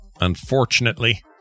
Unfortunately